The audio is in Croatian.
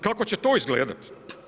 Kako će to izgledati?